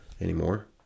anymore